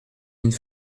une